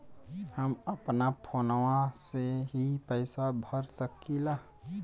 हम अपना फोनवा से ही पेसवा भर सकी ला?